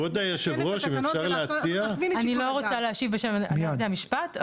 אני לא רוצה להשיב בשם בתי המשפט,